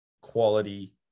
quality